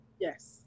Yes